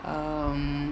um